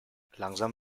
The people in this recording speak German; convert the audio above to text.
langsam